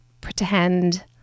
pretend